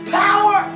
power